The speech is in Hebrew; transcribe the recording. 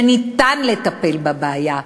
שניתן לטפל בבעיה,